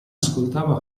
ascoltava